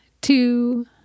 two